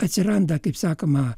atsiranda kaip sakoma